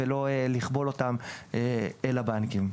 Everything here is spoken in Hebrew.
ולא לכבול אותם אל הבנקים.